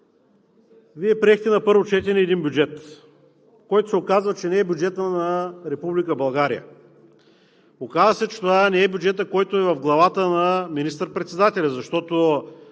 Вие приехте на първо четене един бюджет, който се оказа, че не е бюджетът на Република България. Оказа се, че това не е бюджетът, който е в главата на министър-председателя, защото